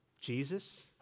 Jesus